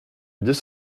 deux